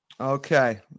okay